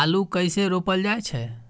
आलू कइसे रोपल जाय छै?